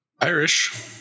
Irish